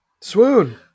Swoon